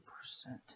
percent